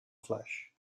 flush